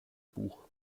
buch